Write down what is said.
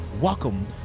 Welcome